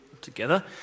together